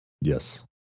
Yes